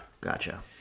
Gotcha